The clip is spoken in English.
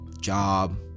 job